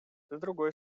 другой